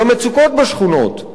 למצוקות בשכונות,